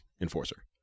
enforcer